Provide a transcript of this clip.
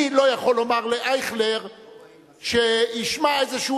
אני לא יכול לומר לאייכלר שישמע איזשהו